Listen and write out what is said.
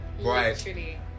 right